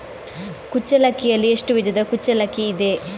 ಕುಚ್ಚಲಕ್ಕಿಯಲ್ಲಿ ಎಷ್ಟು ವಿಧದ ಕುಚ್ಚಲಕ್ಕಿ ಇದೆ?